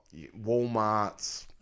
Walmarts